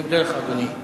אני מודה לך, אדוני.